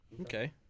Okay